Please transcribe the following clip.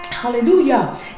Hallelujah